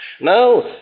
Now